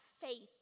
faith